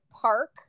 park